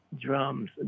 drums